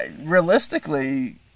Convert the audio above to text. realistically